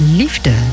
liefde